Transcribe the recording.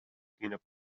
peanut